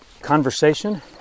conversation